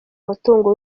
umutungo